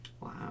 wow